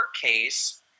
case